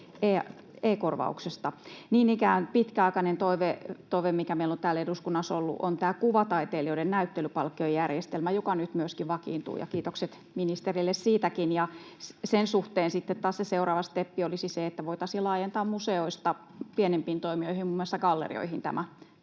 e-korvauksesta. Niin ikään pitkäaikainen toive, mikä meillä on täällä eduskunnassa ollut, on tämä kuvataiteilijoiden näyttelypalkkiojärjestelmä, joka nyt myöskin vakiintuu — kiitokset ministereille siitäkin. Sen suhteen sitten taas se seuraava steppi olisi se, että voitaisiin laajentaa museoista pienempiin toimijoihin, muun muassa gallerioihin, tämä